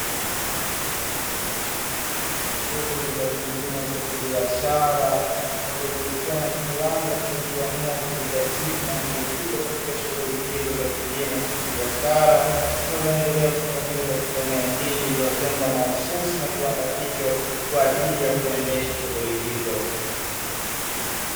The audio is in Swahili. Shughuli za kilimo cha kibiashara, zinazomilikiwa na kiwanda kilichoamua kujidhatiti na kujikita katika shughuli hizo za kilimo cha kibiashara, zinazoendelea kufanyika katika eneo hili, iliyotengwa mahususi na kiwanda hicho kwa ajili ya kuendesha shughuli hizo.